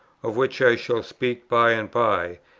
of which i shall speak by and by,